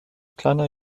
kleiner